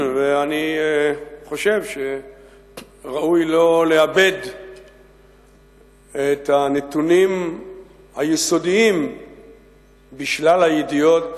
אני חושב שראוי שלא לאבד את הנתונים היסודיים בשלל הידיעות